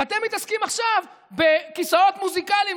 ואתם מתעסקים עכשיו בכיסאות מוזיקליים